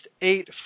eight